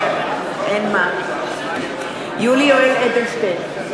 בעד יולי יואל אדלשטיין,